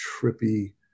trippy